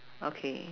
okay